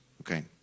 Okay